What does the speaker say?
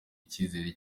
icyizere